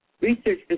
research